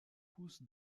pousse